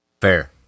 Fair